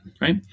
right